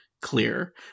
clear